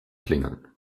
klingeln